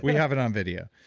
have it on video.